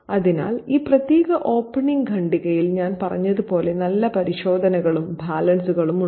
അതിനാൽ ഈ പ്രത്യേക ഓപ്പണിംഗ് ഖണ്ഡികയിൽ ഞാൻ പറഞ്ഞതുപോലെ നല്ല പരിശോധനകളും ബാലൻസുകളും ഉണ്ട്